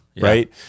right